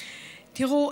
תראו,